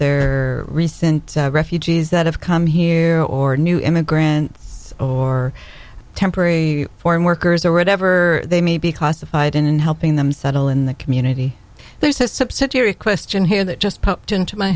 they're recent refugees that have come here or new immigrants or temporary foreign workers or whatever they may be classified in helping them settle in the community there's a subsidiary question here that just popped into my